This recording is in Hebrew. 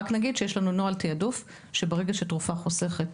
אני רק אגיד שיש לנו נוהל תעדוף שאומר שברגע שתרופה חוסכת